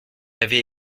avait